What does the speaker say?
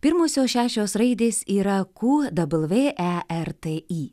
pirmosios šešios raidės yra ku dabl vė e r t i